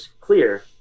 clear